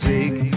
Take